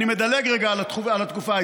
אני מדלג רגע על התקופה ההיא,